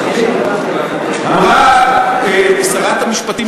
אמרה שרת המשפטים,